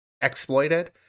exploited